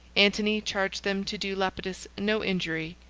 antony charged them to do lepidus no injury.